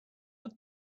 what